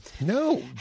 No